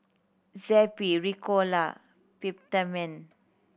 Zappy Ricola Peptamen